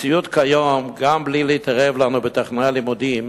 במציאות כיום, גם בלי להתערב לנו בתוכני הלימודים,